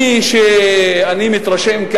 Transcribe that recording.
אני מתרשם,